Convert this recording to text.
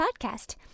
podcast